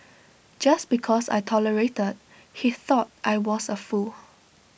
just because I tolerated he thought I was A fool